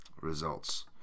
results